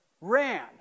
ran